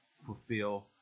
fulfill